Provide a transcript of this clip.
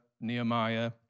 Nehemiah